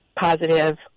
positive